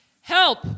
Help